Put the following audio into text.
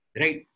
right